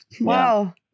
Wow